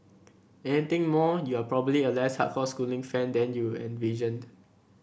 anything more you are probably a less hardcore schooling fan than you envisioned